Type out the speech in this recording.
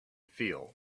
feel